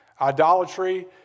Idolatry